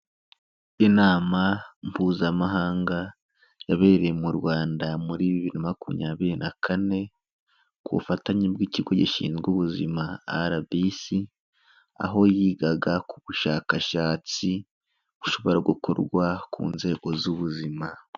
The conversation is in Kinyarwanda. Inama Mpuzamahanga yabereye mu Rwanda muri bibiri na makumyabiri na kane, ku bufatanye bw'ikigo gishinzwe ubuzima RBC, aho yigaga ku bushakashatsi bushobora gukorwa ku nzego z'ubuzima.